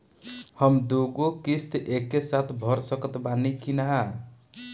हम दु गो किश्त एके साथ भर सकत बानी की ना?